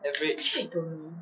average